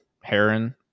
Heron